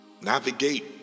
Navigate